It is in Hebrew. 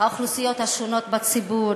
האוכלוסיות השונות בציבור,